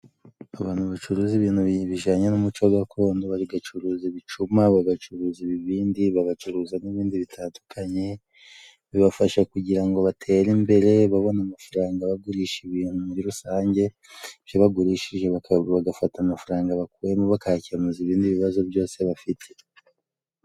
Abantu bacuruza ibintu bijanye n'umuco gakondo, bagacuruza ibicuma, bagacuruza ibibindi, bagacuruza n'ibindi bitandukanye. Bibafasha kugira ngo batere imbere babone amafaranga bagurisha ibintu muri rusange, ibyo bagurishije bagafata amafaranga bakuyemo, bakayakemuza ibindi bibazo byose bafite.